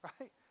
right